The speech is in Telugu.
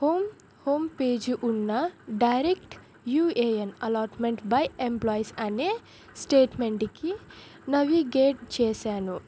హోమ్ హోమ్ పేజీ ఉన్న direct UAN allotment by employees అనే స్టేట్మెంట్కి నావిగేట్ చేశాను